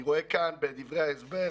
אני רואה בדברי ההסבר,